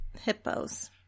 hippos